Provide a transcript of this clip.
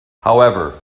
however